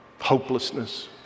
hopelessness